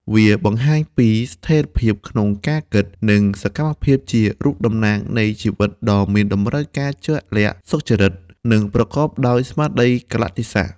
វាបង្ហាញពីស្ថិរភាពក្នុងការគិត និងសកម្មភាពជារូបតំណាងនៃជីវិតដ៏មានតំរូវការជាក់លាក់ សុចរិត និងប្រកបដោយស្មារតីកាលៈទេសៈ។